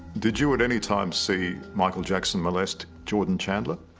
did you at any time see michael jackson molest jordan chandler